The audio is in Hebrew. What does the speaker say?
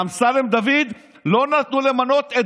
לאמסלם דוד לא נתנו למנות.